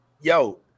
Yo